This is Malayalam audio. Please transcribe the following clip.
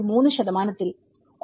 3 ൽ 1